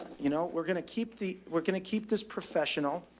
you know, we're going to keep the, we're going to keep this professional.